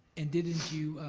and didn't you,